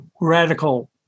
radical